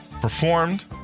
performed